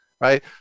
right